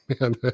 man